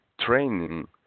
training